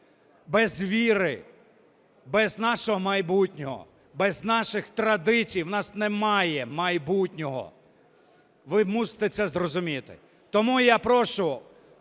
Без віри, без нашого майбутнього, без наших традицій у нас немає майбутнього, ви мусите це зрозуміти. Тому я прошу,